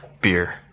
beer